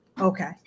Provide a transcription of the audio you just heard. okay